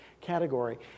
category